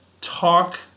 talk